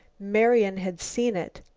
marian had seen it.